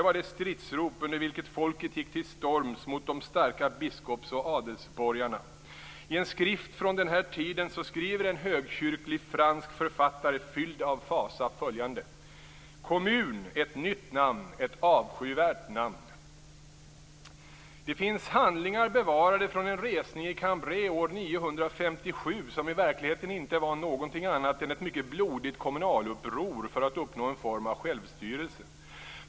var det stridsrop under vilket folket gick till storms mot de starka biskoparna och adelsborgarna. I en skrift från den här tiden skriver en högkyrklig fransk författare fylld av fasa följande: "Kommun - ett nytt namn, ett avskyvärt namn!". Det finns handlingar bevarade från en resning i Cambrai år 957 som i verkligheten inte var något annat än ett mycket blodigt kommunaluppror för att man skulle uppnå en form av självstyrelse.